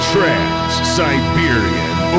Trans-Siberian